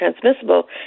transmissible